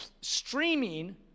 streaming